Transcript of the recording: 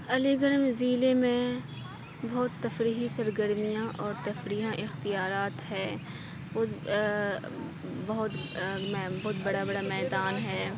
علی گڑھ میں ضلعے میں بہت تفریحی سرگرمیاں اور تفریحی اختیارات ہے بہت بہت بڑا بڑا میدان ہے